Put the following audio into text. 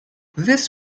this